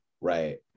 Right